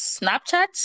Snapchat